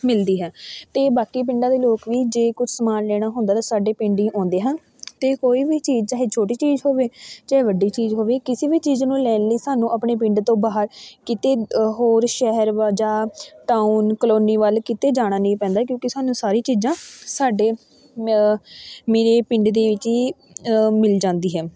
ਮਿਲਦੀ ਹੈ ਅਤੇ ਬਾਕੀ ਪਿੰਡਾਂ ਦੇ ਲੋਕ ਵੀ ਜੇ ਕੁਛ ਸਮਾਨ ਲੈਣਾ ਹੁੰਦਾ ਤਾਂ ਸਾਡੇ ਪਿੰਡ ਹੀ ਆਉਂਦੇ ਹਨ ਅਤੇ ਕੋਈ ਵੀ ਚੀਜ਼ ਚਾਹੇ ਛੋਟੀ ਚੀਜ਼ ਹੋਵੇ ਚਾਹੇ ਵੱਡੀ ਚੀਜ਼ ਹੋਵੇ ਕਿਸੇ ਵੀ ਚੀਜ਼ ਨੂੰ ਲੈਣ ਲਈ ਸਾਨੂੰ ਆਪਣੇ ਪਿੰਡ ਤੋਂ ਬਾਹਰ ਕਿਤੇ ਹੋਰ ਸ਼ਹਿਰ ਵ ਜਾਂ ਟਾਊਨ ਕਲੋਨੀ ਵੱਲ ਕਿਤੇ ਜਾਣਾ ਨਹੀਂ ਪੈਂਦਾ ਕਿਉਂਕਿ ਸਾਨੂੰ ਸਾਰੀ ਚੀਜ਼ਾਂ ਸਾਡੇ ਮ ਮੇਰੇ ਪਿੰਡ ਦੇ ਵਿੱਚ ਹੀ ਮਿਲ ਜਾਂਦੀ ਹੈ